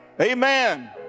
Amen